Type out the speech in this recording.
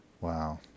wow